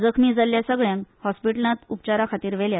जखमी जाल्ल्या सगळ्यांक हॉस्पिटलात उपचाराखातीर व्हेला